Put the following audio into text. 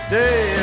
day